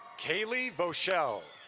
kaylie boshell.